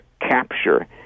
capture